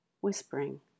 whispering